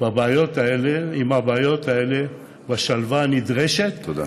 עם הבעיות האלה בשלווה הנדרשת, תודה.